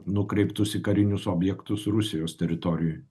nukreiptus į karinius objektus rusijos teritorijoj